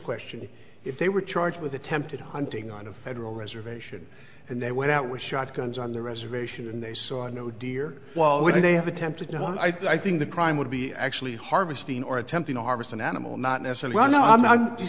question if they were charged with attempted hunting on a federal reservation and they went out with shotguns on the reservation and they saw no deer why would they have attempted what i think the crime would be actually harvesting or attempting to harvest an animal not necessarily i don't know i'm not you